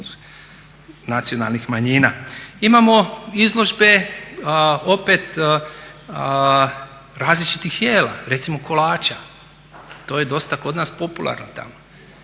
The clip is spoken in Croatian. nacionalnih manjina. Imamo izložbe opet različitih jela, recimo kolača. To je dosta kod nas popularno tamo.